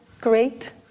great